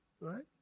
right